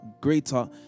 greater